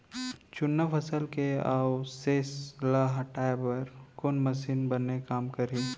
जुन्ना फसल के अवशेष ला हटाए बर कोन मशीन बने काम करही?